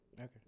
okay